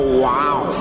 wow